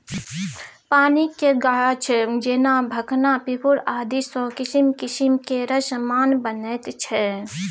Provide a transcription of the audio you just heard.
पानिक गाछ जेना भखना पिपुर आदिसँ किसिम किसिम केर समान बनैत छै